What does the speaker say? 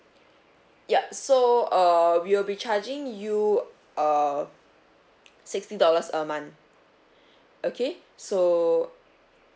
ya so err we'll be charging you err sixty dollars a month okay so